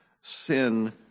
Sin